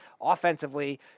Offensively